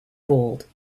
fooled